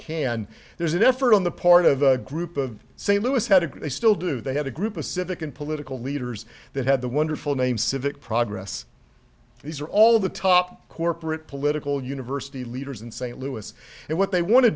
can there's an effort on the part of a group of st louis had agreed they still do they have a group of civic and political leaders that had the wonderful name civic progress these are all of the top corporate political university leaders in st louis and what they want to